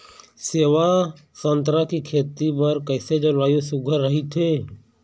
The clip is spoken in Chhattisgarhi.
सेवा संतरा के खेती बर कइसे जलवायु सुघ्घर राईथे?